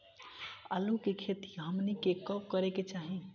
आलू की खेती हमनी के कब करें के चाही?